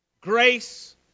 grace